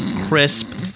crisp